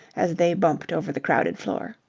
as they bumped over the crowded floor.